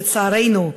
לצערנו,